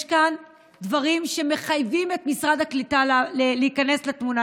יש כאן דברים שמחייבים את משרד הקליטה להיכנס לתמונה.